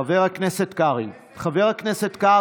ככה אתה נותן לשרה להתחמק ממתן מענה על שאילתה של חבר כנסת?